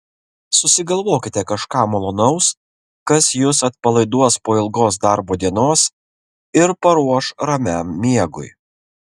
susigalvokite kažką malonaus kas jus atpalaiduos po ilgos darbo dienos ir paruoš ramiam miegui